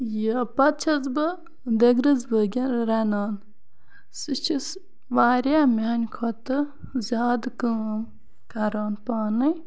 یہِ پَتہٕ چھَس بہٕ دگرَس بٲگن رَنان سُہ چھُ واریاہ میانہِ کھۄتہ زیادٕ کٲم کَران پانے